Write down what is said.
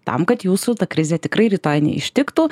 tam kad jūsų ta krizė tikrai rytoj neištiktų